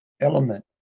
element